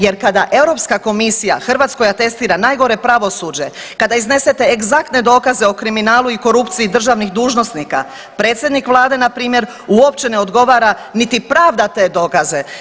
Jer kada Europska komisija Hrvatskoj atestira najgore pravosuđe, kada iznese te egzaktne dokaze o kriminalu i korupciji državnih dužnosnika, predsjednik Vlade npr. uopće ne odgovara niti pravda te dokaze.